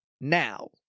now